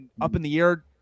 up-in-the-air